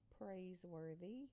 praiseworthy